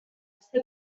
ser